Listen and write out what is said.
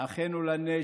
"אחינו לנשק",